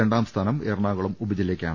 രണ്ടാം സ്ഥാനം എറണാകുളം ഉപജില്ലക്കാണ്